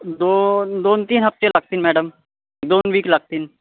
दोन दोन तीन हप्ते लागतील मॅडम दोन वीक लागतील